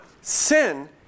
sin